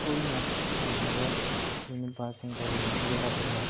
ꯀꯨꯏꯅ ꯁꯥꯟꯅꯔꯦ ꯑꯗꯨ ꯅꯠꯇꯅ